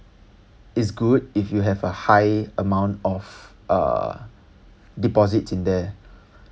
is good if you have a high amount of uh deposits in there